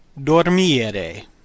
dormire